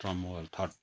term third